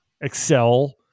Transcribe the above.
Excel